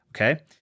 okay